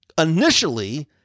initially